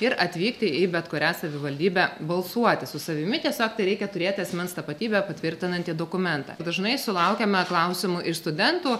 ir atvykti į bet kurią savivaldybę balsuoti su savimi tiesiog tereikia turėti asmens tapatybę patvirtinantį dokumentą dažnai sulaukiame klausimų iš studentų